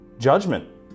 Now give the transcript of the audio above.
Judgment